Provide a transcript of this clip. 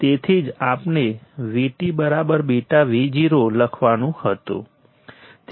તેથી જ આપણે VtβVo લખવાનું હતું